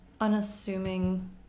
unassuming